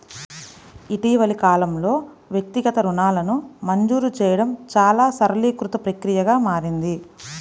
ఇటీవలి కాలంలో, వ్యక్తిగత రుణాలను మంజూరు చేయడం చాలా సరళీకృత ప్రక్రియగా మారింది